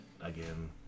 again